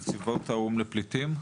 נציבות האו"ם לפליטים,